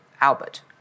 Albert